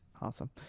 awesome